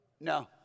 no